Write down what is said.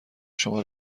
شما